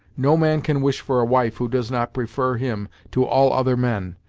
no man can wish for a wife who does not prefer him to all other men,